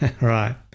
Right